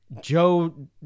Joe